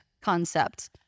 concepts